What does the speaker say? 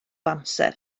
amser